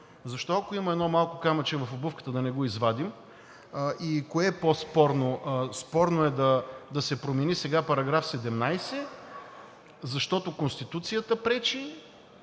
защо, ако има едно малко камъче в обувката, да не го извадим? И кое е по-спорно? Спорно е да се промени сега § 17, защото Конституцията пречи